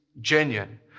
genuine